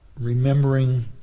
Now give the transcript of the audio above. remembering